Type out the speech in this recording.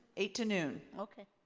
eight to noon. okay.